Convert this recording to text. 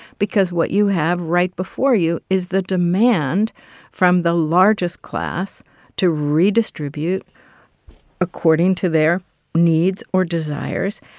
because what you have right before you is the demand from the largest class to redistribute according to their needs or desires,